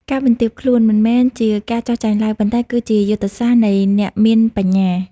ការបន្ទាបខ្លួន មិនមែនជាការចុះចាញ់ឡើយ ប៉ុន្តែគឺជាយុទ្ធសាស្ត្រនៃអ្នកមានបញ្ញា។